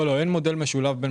לא, אין מודל משולב.